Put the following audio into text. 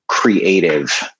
Creative